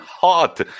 hot